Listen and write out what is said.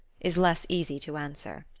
is less easy to answer.